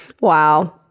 wow